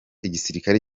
igisirikare